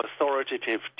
authoritative